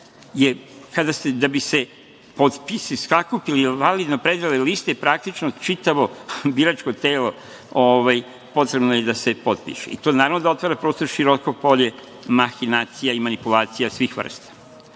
Da bi se potpisi sakupili i validno predale liste praktično čitavo biračko telo potrebno je da se potpiše. To, naravno, da otvara prostor, široko polje mahinacija i manipulacija svih vrsta. Ono